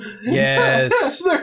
Yes